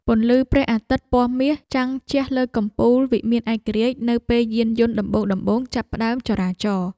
ពន្លឺព្រះអាទិត្យពណ៌មាសចាំងជះលើកំពូលវិមានឯករាជ្យនៅពេលយានយន្តដំបូងៗចាប់ផ្ដើមចរាចរ។